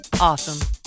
awesome